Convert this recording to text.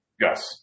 Yes